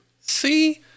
See